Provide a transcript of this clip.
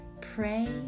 Pray